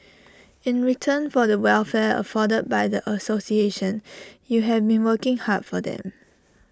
in return for the welfare afforded by the association you have been working hard for them